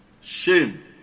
shame